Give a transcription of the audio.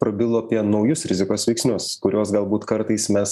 prabilo apie naujus rizikos veiksnius kuriuos galbūt kartais mes